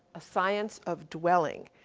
a science of dwelling,